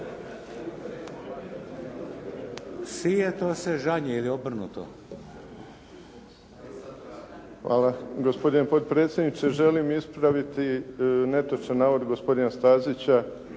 sije to se žanje ili obrnuto! **Huška, Davor (HDZ)** Hvala. Gospodine potpredsjedniče, želim ispraviti netočan navod gospodina Stazića